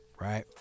right